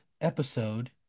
episode